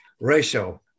ratio